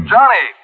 Johnny